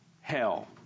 hell